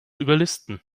überlisten